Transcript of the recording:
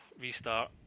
restart